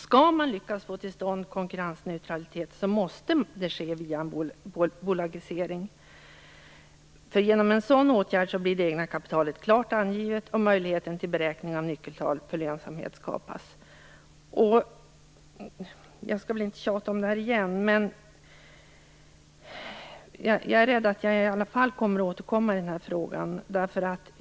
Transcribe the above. Skall man lyckas få till stånd en konkurrensneutralitet måste det ske via en bolagisering. Genom en sådan åtgärd blir det egna kapitalet klart angivet och möjlighet till beräkning av nyckeltal för lönsamhet skapas. Jag skall inte tjata, men jag kommer nog att återkomma i frågan.